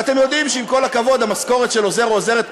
ואתם יודעים שעם כל הכבוד המשכורת של עוזר או עוזרת,